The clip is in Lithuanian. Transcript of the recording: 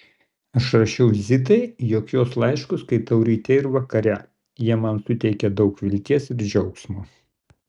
aš rašiau zitai jog jos laiškus skaitau ryte ir vakare jie man suteikia daug vilties ir džiaugsmo